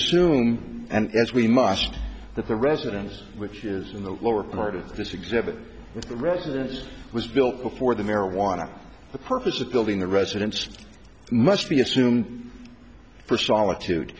assume and as we must that the residence which is in the lower part of this exhibit the residence was built before the marijuana the purpose of building the residents must be assumed for solitude